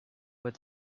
but